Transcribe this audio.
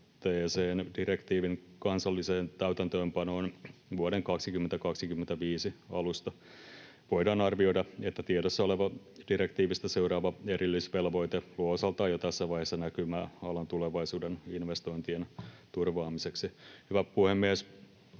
direktiivin kansallisen täytäntöönpanon yhteydessä vuoden 2025 alusta. Voidaan arvioida, että tiedossa oleva direktiivistä seuraava erillisvelvoite luo osaltaan jo tässä vaiheessa näkymää alan tulevaisuuden investointien turvaamiseksi. Hyvä puhemies!